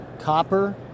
copper